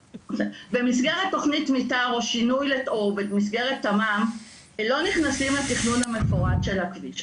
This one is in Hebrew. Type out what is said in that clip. במסגרת תכנית מתאר או במסגרת תמ"מ לא נכנסים לתכנון המפורט של הכביש.